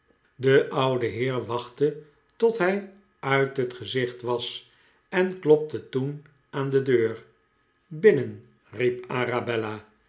de oude heer wachtte tot hij uit het gezicht was en klopte toen aan de deur binnen riep